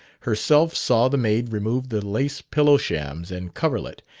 herself saw the maid remove the lace pillow-shams and coverlet,